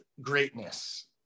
greatness